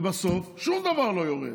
ובסוף שום דבר לא יורד.